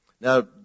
Now